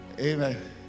Amen